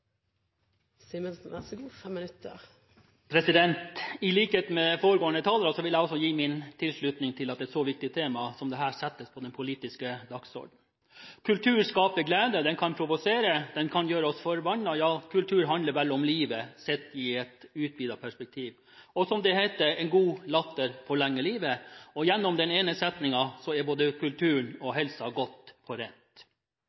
vil jeg også gi min tilslutning til at et så viktig tema som dette settes på den politiske dagsordenen. Kultur skaper glede, den kan provosere og gjøre oss forbannet, ja, kultur handler vel om livet sett i et utvidet perspektiv. Det heter: En god latter forlenger livet, og gjennom denne ene setningen er både kulturen og